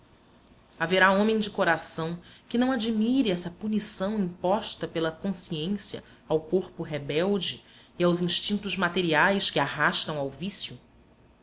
avareza haverá homem de coração que não admire essa punição imposta pela consciência ao corpo rebelde e aos instintos materiais que arrastam ao vício